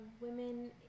women